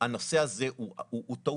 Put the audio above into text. הנושא הזה הוא טעות,